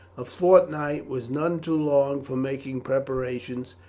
a fortnight was none too long for making preparations,